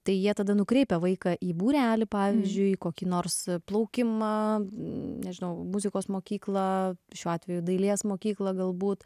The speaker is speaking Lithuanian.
tai jie tada nukreipia vaiką į būrelį pavyzdžiui į kokį nors plaukimą nežinau muzikos mokyklą šiuo atveju dailės mokyklą galbūt